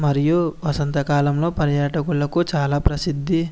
మరియు వసంతకాలంలో పర్యాటకులకు చాలా ప్రసిద్ది